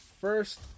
first